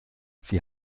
sie